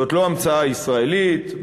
זו לא המצאה ישראלית,